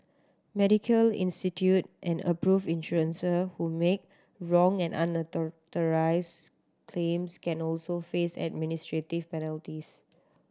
medical institute and approved insurance who make wrong and unauthorised claims can also face administrative penalties